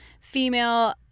female